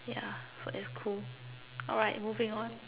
yeah so it's cool alright moving on